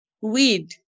weed